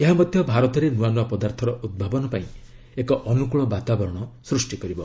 ଏହା ମଧ୍ୟ ଭାରତରେ ନୂଆ ନୂଆ ପଦାର୍ଥର ଉଭାବନ ପାଇଁ ଏକ ଅନୁକୂଳ ବାତାବରଣ ସୃଷ୍ଟି କରିବ